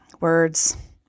Words